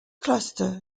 cluster